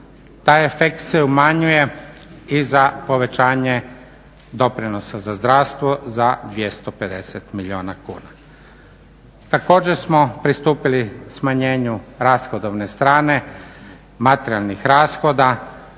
Taj efekt se umanjuje i za povećanje doprinosa za zdravstvo za 250 milijuna kuna. Također smo pristupili smanjenju rashodovne strane materijalnih rashoda